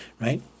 right